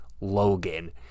Logan